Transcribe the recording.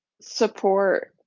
support